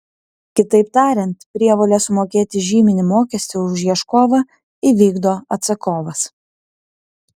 kitaip tariant prievolę sumokėti žyminį mokestį už ieškovą įvykdo atsakovas